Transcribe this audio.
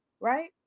Right